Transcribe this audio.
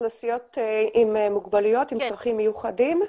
אוכלוסיות עם צרכים מיוחדים?